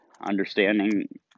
understanding